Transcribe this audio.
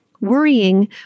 Worrying